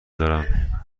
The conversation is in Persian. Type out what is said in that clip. دارم